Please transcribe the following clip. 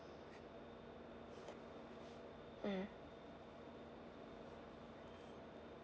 mmhmm